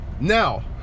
now